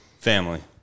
Family